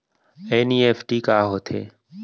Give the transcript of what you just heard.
NEFT का होथे?